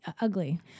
ugly